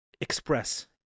express